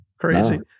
crazy